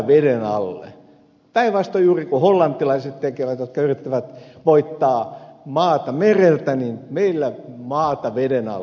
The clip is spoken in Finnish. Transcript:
päinvastoin juuri kuin hollantilaiset tekevät jotka yrittävät voittaa maata mereltä niin meillä maata veden alle